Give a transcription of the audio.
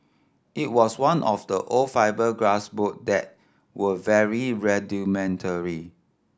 it was one of the old fibreglass boat that were very rudimentary